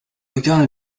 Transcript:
egal